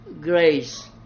grace